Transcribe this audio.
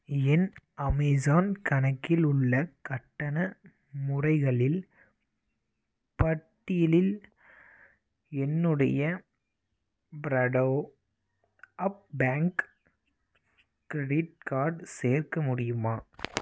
என் Amazon கணக்கில் உள்ள கட்டண முறைகளில் பட்டியலில் என்னுடைய ப்ரடோ அப் பேங்க் க்ரெடிட் கார்ட் சேர்க்க முடியுமா